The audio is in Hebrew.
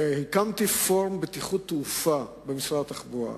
והקמתי פורום בטיחות תעופה במשרד התחבורה,